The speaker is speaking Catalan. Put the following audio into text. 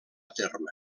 terme